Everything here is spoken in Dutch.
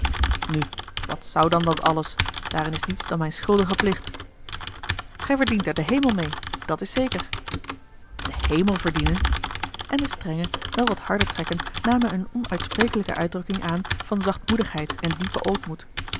nu wat zou dan dat alles daarin is niets dan mijn schuldige plicht gij verdient er den hemel meê dat is zeker den hemel verdienen en de strenge wel wat harde trekken namen eene onuitsprekelijke uitdrukking aan van zachtmoedigheid en diepen ootmoed